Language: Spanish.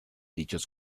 dichos